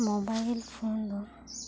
mobile phone ᱫᱚ